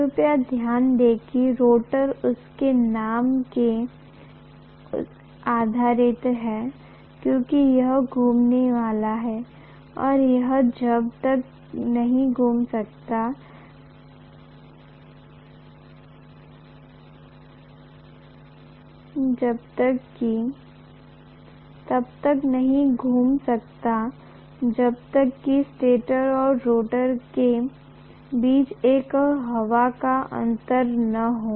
कृपया ध्यान दें कि रोटर उसके नाम के आधारित है क्योंकि यह घूमने वाला है और यह तब तक नहीं घूम सकता जब तक कि स्टेटर और रोटर के बीच एक हवा का अंतर न हो